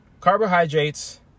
carbohydrates